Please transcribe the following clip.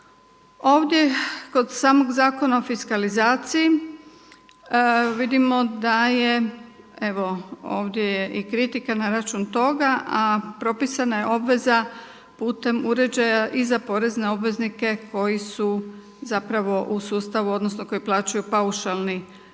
Ovdje kod samog Zakona o fiskalizaciji vidimo da je evo ovdje je i kritika na račun toga, a propisana je obveza putem uređaja i za porezne obveznike koji su zapravo u sustavu odnosno koji plaćaju paušalni porez